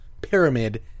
pyramid